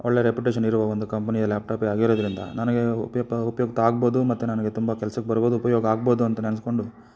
ಒಳ್ಳೆಯ ರೆಪ್ಯುಟೇಶನ್ ಇರುವ ಒಂದು ಕಂಪ್ನಿಯ ಲ್ಯಾಪ್ಟಾಪೇ ಆಗಿರೋದ್ರಿಂದ ನನಗೆ ಉಪಯುಕ್ತ ಆಗ್ಬೋದು ಮತ್ತು ನನಗೆ ತುಂಬ ಕೆಲ್ಸಕ್ಕೆ ಬರ್ಬೋದು ಉಪಯೋಗ ಆಗ್ಬೋದು ಅಂತ ಅಂದ್ಕೊಂಡು